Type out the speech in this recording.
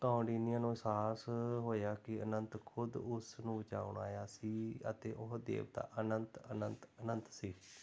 ਕਾਉਂਡਿਨਿਆ ਨੂੰ ਅਹਿਸਾਸ ਹੋਇਆ ਕਿ ਅਨੰਤ ਖੁਦ ਉਸ ਨੂੰ ਬਚਾਉਣ ਆਇਆ ਸੀ ਅਤੇ ਉਹ ਦੇਵਤਾ ਅਨੰਤ ਅਨੰਤ ਅਨੰਤ ਸੀ